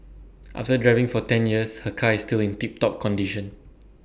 after driving for ten years her car is still in tip top condition